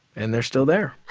and they're still there.